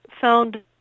found